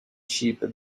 sheep